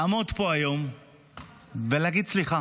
לעמוד פה היום ולהגיד סליחה.